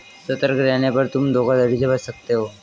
सतर्क रहने पर तुम धोखाधड़ी से बच सकते हो